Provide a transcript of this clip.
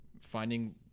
finding